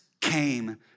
came